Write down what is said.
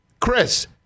Chris